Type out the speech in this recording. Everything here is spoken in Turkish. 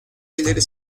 ileri